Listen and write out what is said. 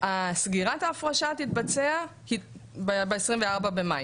סגירת ההפרשה תתבצע ב-24 במאי.